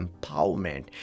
empowerment